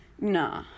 no